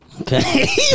Okay